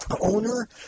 owner